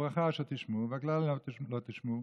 הברכה, "אשר תשמעו", והקללה, "לא תשמעו".